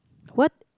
what